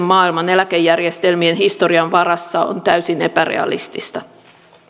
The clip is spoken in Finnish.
maailman eläkejärjestelmien historian varassa on täysin epärealistista